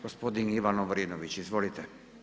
Gospodin Ivan Lovrinović, izvolite.